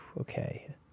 okay